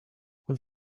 will